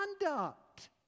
conduct